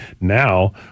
Now